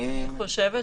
אני מנסה להשחיל משפט.